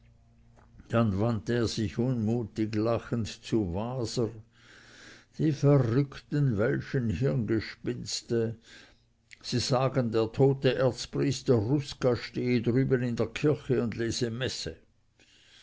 dann wandte er sich unmutig lachend zu waser die verrückten welschen hirngespinste sie sagen der tote erzpriester rusca stehe drüben in der kirche und lese messe